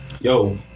yo